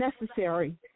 necessary